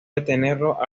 detenerlo